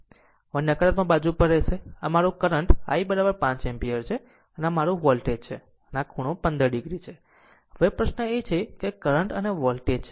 આમ તે નકારાત્મક બાજુ પર રહેશે આ મારું કરંટ I 5 એમ્પીયર છે અને આ મારું વોલ્ટેજ છે અને આ ખૂણો 15 o છે પછી પ્રશ્ન એ છે કે આ કરંટ અને વોલ્ટેજ છે